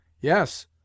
Yes